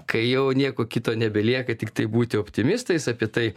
kai jau nieko kito nebelieka tiktai būti optimistais apie tai